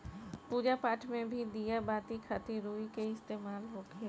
पूजा पाठ मे भी दिया बाती खातिर रुई के इस्तेमाल होखेला